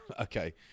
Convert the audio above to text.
okay